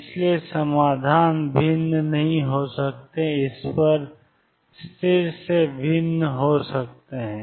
इसलिए समाधान भिन्न नहीं हो सकते इस पर स्थिर से भिन्न हो सकते हैं